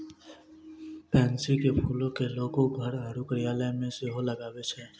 pansy के फूलो के लोगें घर आरु कार्यालय मे सेहो लगाबै छै